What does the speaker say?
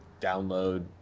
download